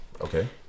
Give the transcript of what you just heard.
Okay